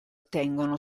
tengono